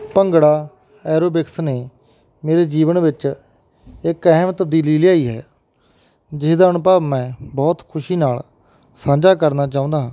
bhangra aerobics ਨੇ ਮੇਰੇ ਜੀਵਨ ਵਿੱਚ ਇੱਕ ਅਹਿਮ ਤਬਦੀਲੀ ਲਿਆਈ ਹੈ ਜਿਸ ਦਾ ਅਨੁਭਵ ਮੈਂ ਬਹੁਤ ਖੁਸ਼ੀ ਨਾਲ ਸਾਂਝਾ ਕਰਨਾ ਚਾਹੁੰਦਾ ਹਾਂ